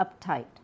uptight